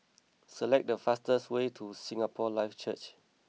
select the fastest way to Singapore Life Church